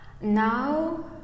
Now